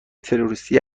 تروریستی